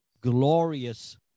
glorious